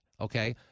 okay